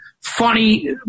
funny